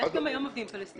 גם היום עובדים פלסטיניים.